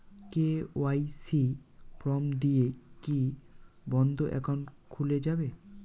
KYC form দিয়ে কি বন্ধ একাউন্ট খুলে যাবে?